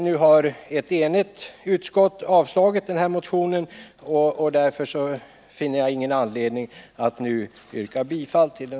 Nu har ett enigt utskott avstyrkt motionen, och därför finner jag ingen anledning att yrka bifall till den.